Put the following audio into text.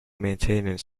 maintenance